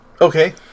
Okay